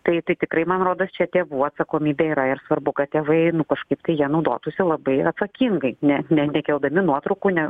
tai tai tikrai man rodos čia tėvų atsakomybė yra ir svarbu kad tėvai nu kažkaip tai jie naudotųsi labai atsakingai ne ne nekeldami nuotraukų ne